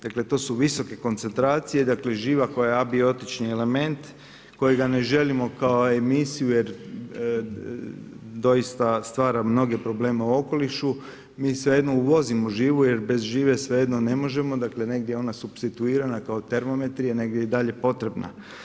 Dakle, to su visoke koncentracije, živa koja je abiotički element, kojega ne želimo kao emisiju jer doista stvara mnoge probleme u okolišu, mi uvozimo živu jer bez žive svejedno ne možemo, dakle negdje je ona supsituirana kao termometri, negdje je i dalje potrebna.